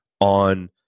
on